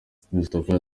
christopher